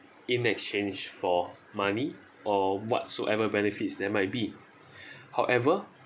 in exchange for money or whatsoever benefits there might be however